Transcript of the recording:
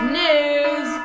news